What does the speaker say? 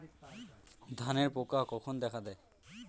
ধানের পোকা কখন দেখা দেয়?